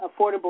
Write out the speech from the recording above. Affordable